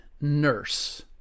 Nurse